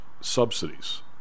subsidies